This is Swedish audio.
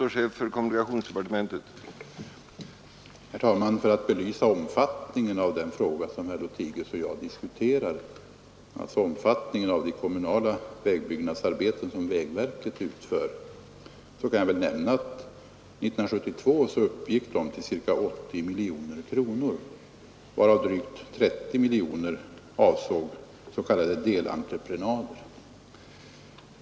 Herr talman! För att belysa omfattningen av den fråga som herr Lothigius och jag diskuterar, alltså omfattningen av de kommunala vägbyggnadsarbeten som vägverket utför, kan jag nämna att 1972 uppgick de till ca 80 miljoner kronor, varav drygt 30 miljoner avsåg s.k. delentreprenader.